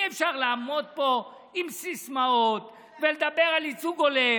אי-אפשר לעמוד פה עם סיסמאות ולדבר על ייצוג הולם